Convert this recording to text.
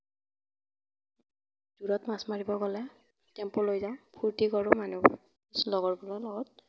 বিলত মাছ মাৰিব গ'লে টেম্পো লৈ যাওঁ ফুৰ্তি কৰোঁ মানুহবোৰ লগৰবোৰৰ লগত